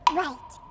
right